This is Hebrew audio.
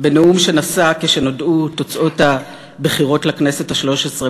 בנאום שנשא כשנודעו תוצאות הבחירות לכנסת השלוש-עשרה